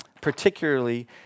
particularly